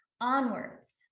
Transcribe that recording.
onwards